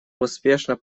успешно